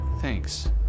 Thanks